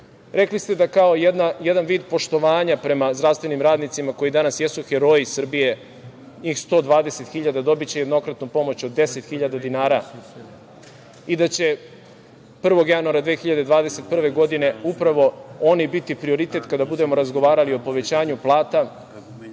Rekli ste da kao jedan vid poštovanja prema zdravstvenim radnicima, koji danas jesu heroji Srbije, njih 120.000 dinara dobiće jednokratnu pomoć od 10.000 dinara i da će 1. januara 2021. godine upravo oni biti prioritet kada budemo razgovarali o povećanju plata